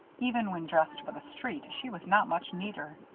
even when dressed for the street, she was not much neater.